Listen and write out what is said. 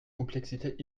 complexité